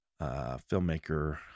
filmmaker